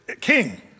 king